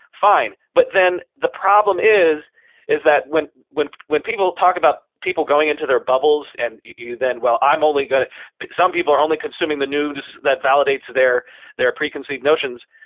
fine. but then the problem is is that when when when people talk about people going into their bubbles and you then, well i'm only some people are only consuming the news that validates their their preconceived notions,